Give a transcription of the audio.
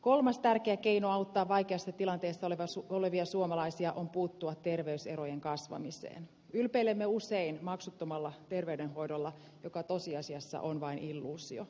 kolmas tärkeä keino auttaa vaikeista tilanteista olevan sukua olevia suomalaisia on puuttua terveyserojen kasvamiseen ylpeilemme usein maksuttomalla terveydenhoidolla joka tosiasiassa on vain illuusio